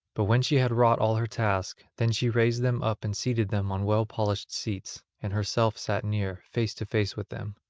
but when she had wrought all her task, then she raised them up and seated them on well polished seats, and herself sat near, face to face with them.